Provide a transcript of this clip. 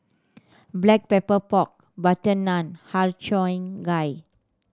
Black Pepper Pork butter naan Har Cheong Gai